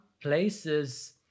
places